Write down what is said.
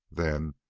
then,